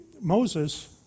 Moses